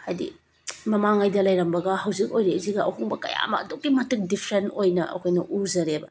ꯍꯥꯏꯗꯤ ꯃꯃꯥꯡꯉꯩꯗ ꯂꯩꯔꯝꯕꯒ ꯍꯧꯖꯤꯛ ꯑꯣꯏꯔꯛꯏꯁꯤꯒ ꯑꯍꯣꯡꯕ ꯀꯌꯥ ꯑꯃ ꯑꯗꯨꯛꯀꯤ ꯃꯇꯤꯛ ꯗꯤꯐꯔꯦꯟ ꯑꯣꯏꯅ ꯑꯩꯈꯣꯏꯅ ꯎꯖꯔꯦꯕ